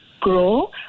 grow